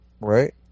right